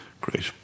Great